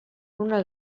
una